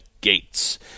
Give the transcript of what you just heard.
Gates